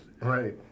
Right